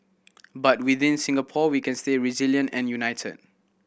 but within Singapore we can stay resilient and united